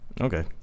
okay